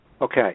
Okay